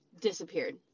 disappeared